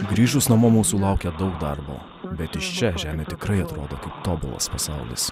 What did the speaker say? grįžus namo mūsų laukia daug darbo bet iš čia žemė tikrai atrodo kaip tobulas pasaulis